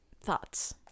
thoughts